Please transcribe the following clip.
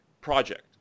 project